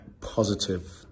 positive